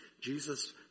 Jesus